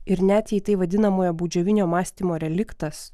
ir net jei tai vadinamojo baudžiavinio mąstymo reliktas